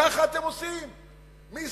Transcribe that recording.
כך אתם עושים מסבסטיה,